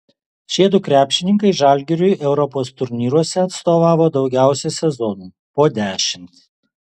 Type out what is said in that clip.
šiedu krepšininkai žalgiriui europos turnyruose atstovavo daugiausiai sezonų po dešimt